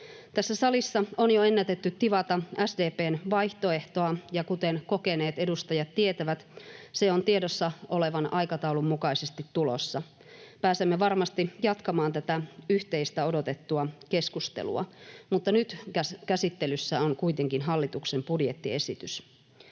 Tässä salissa on jo ennätetty tivata SDP:n vaihtoehtoa, ja kuten kokeneet edustajat tietävät, se on tiedossa olevan aikataulun mukaisesti tulossa. Pääsemme varmasti jatkamaan tätä yhteistä odotettua keskustelua, mutta nyt käsittelyssä on kuitenkin hallituksen budjettiesitys.